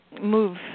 move